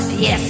yes